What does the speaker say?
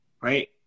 right